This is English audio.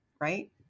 Right